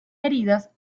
heridas